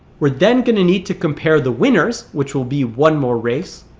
we're then going to need to compare the winners, which will be one more race,